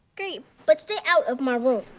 great, but stay out of my room.